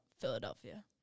Philadelphia